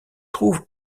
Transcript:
trouve